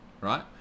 Right